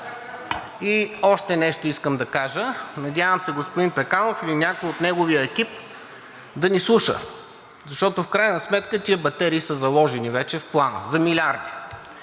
Още нещо искам да кажа: надявам се господин Пеканов или някой от неговия екип да ни слуша, защото в крайна сметка тези батерии са заложени вече в Плана за милиарди.